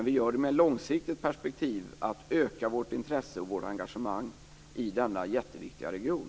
Vi gör det med ett långsiktigt perspektiv, dvs. att öka vårt intresse och engagemang i denna jätteviktiga region.